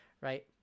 right